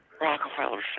Rockefeller